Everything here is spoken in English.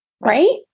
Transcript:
right